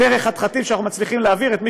דרך החתחתים שאנחנו מצליחים להעביר את מי